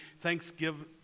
Thanksgiving